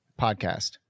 podcast